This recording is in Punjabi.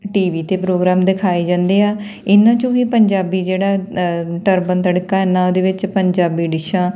ਟੀ ਵੀ 'ਤੇ ਪ੍ਰੋਗਰਾਮ ਦਿਖਾਏ ਜਾਂਦੇ ਆ ਇਹਨਾਂ ਚੋਂ ਵੀ ਪੰਜਾਬੀ ਜਿਹੜਾ ਟਰਬਨ ਤੜਕਾ ਨਾ ਉਹਦੇ ਵਿੱਚ ਪੰਜਾਬੀ ਡਿਸ਼ਾਂ